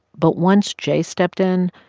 but once j stepped in,